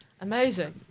Amazing